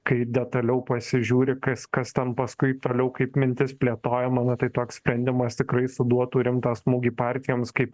kai detaliau pasižiūri kas kas ten paskui toliau kaip mintis plėtojama na tai toks sprendimas tikrai suduotų rimtą smūgį partijoms kaip